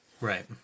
Right